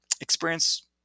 experience